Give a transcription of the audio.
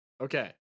okay